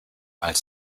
als